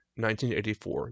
1984